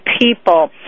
people